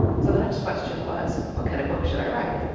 so the next question was, what kind of book should i write?